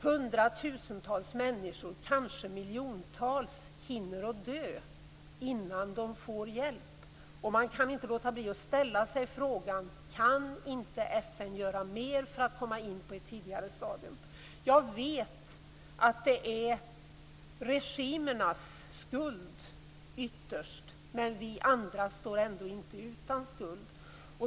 Hundratusentals människor, kanske miljontals, hinner att dö innan de får hjälp. Man kan inte låta bli att ställa sig frågan: Kan inte FN göra mer för att komma in på ett tidigare stadium? Jag vet att det ytterst är regimernas skuld. Men vi andra står ändå inte utan skuld.